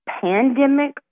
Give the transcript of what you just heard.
pandemic